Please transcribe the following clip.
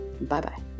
Bye-bye